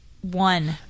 One